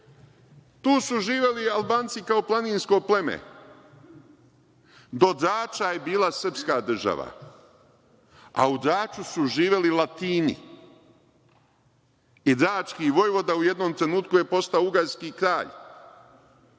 Tu su živeli Albanci kao planinsko pleme. Do Drača je bila srpska država, a u Draču su živeli Latini i drački vojvoda u jednom trenutku je postao ugarski kralj